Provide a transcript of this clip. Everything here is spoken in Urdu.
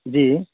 جی